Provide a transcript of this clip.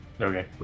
Okay